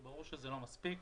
ברור שזה לא מספיק.